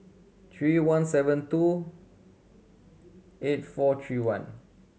three one seven two eight four three one